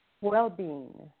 well-being